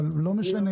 אבל לא משנה.